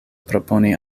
proponi